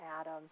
Adam